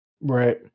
right